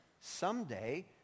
someday